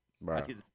right